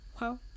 Wow